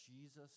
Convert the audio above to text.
Jesus